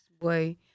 boy